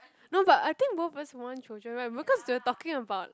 no but I think both of us want children right because we were talking about